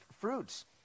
fruits